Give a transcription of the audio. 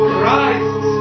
Christ